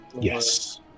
Yes